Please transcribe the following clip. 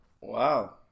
Wow